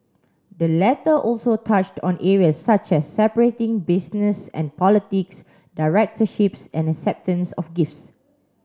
the letter also touched on areas such as separating business and politics directorships and acceptance of gifts